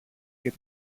και